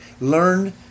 learn